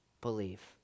believe